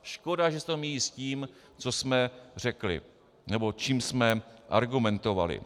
Škoda, že se to míjí s tím, co jsme řekli nebo čím jsme argumentovali.